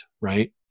right